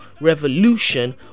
revolution